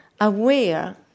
aware